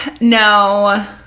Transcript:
No